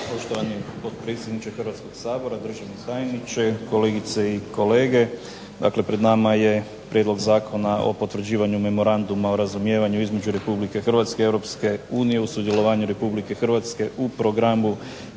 Poštovani potpredsjedniče Hrvatskog sabora, državni tajniče, kolegice i kolege. Dakle pred nama je prijedlog Zakona o potvrđivanju memoranduma o razumijevanju između Republike Hrvatske i Europske unije o sudjelovanju Republike Hrvatske u programu